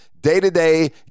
day-to-day